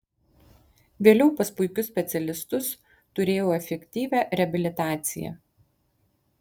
vėliau pas puikius specialistus turėjau efektyvią reabilitaciją